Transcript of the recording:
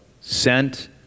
Sent